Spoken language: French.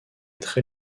très